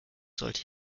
sollte